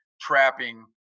trapping